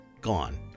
gone